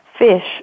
fish